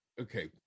okay